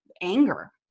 anger